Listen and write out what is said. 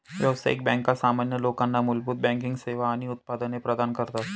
व्यावसायिक बँका सामान्य लोकांना मूलभूत बँकिंग सेवा आणि उत्पादने प्रदान करतात